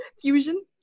Fusion